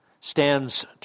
stands